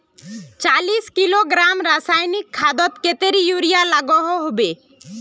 चालीस किलोग्राम रासायनिक खादोत कतेरी यूरिया लागोहो होबे?